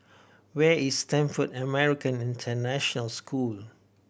where is Stamford American International School